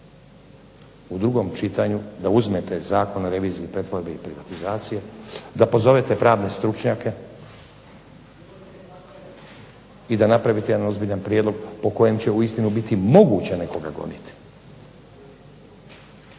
u drugom čitanju da uzmete Zakon o reviziji, pretvorbi i privatizaciji, da pozovete pravne stručnjake, i da napravite jedan ozbiljan prijedlog po kojem će uistinu biti moguće nekoga goniti.